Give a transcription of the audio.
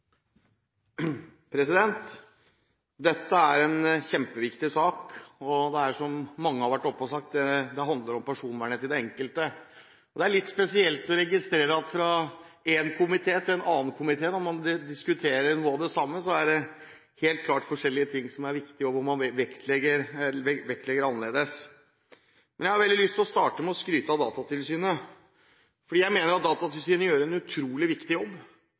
sagt, det handler om personvernet til den enkelte. Og det er litt spesielt å registrere at når man diskuterer noe av det samme, er det fra en komité til en annen komité helt klart forskjellige ting som er viktig – man vektlegger annerledes. Jeg har lyst til å starte med å skryte av Datatilsynet, fordi jeg mener at Datatilsynet gjør en utrolig viktig jobb.